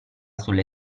sulle